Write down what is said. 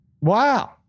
Wow